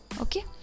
okay